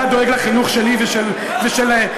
אתה דואג לחינוך שלי ושל חברי?